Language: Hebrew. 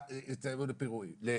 אתה הולך לפיטורין.